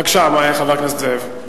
בבקשה, חבר הכנסת זאב.